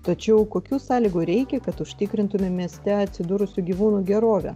tačiau kokių sąlygų reikia kad užtikrintume mieste atsidūrusių gyvūnų gerovę